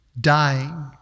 dying